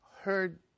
heard